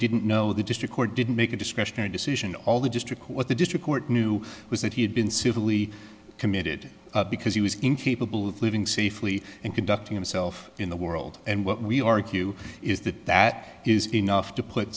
didn't know the district court didn't make a discretionary decision all the district what the district court knew was that he had been civilly committed because he was incapable of living safely and conducting himself in the world and what we argue is that that is enough to put